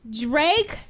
Drake